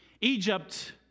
Egypt